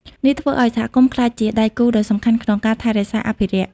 នេះធ្វើឱ្យសហគមន៍ក្លាយជាដៃគូដ៏សំខាន់ក្នុងការថែរក្សាអភិរក្ស។